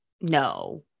No